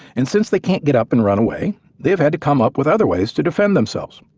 and since they can't get up and runaway, they have had to come up with other ways to defend themselves.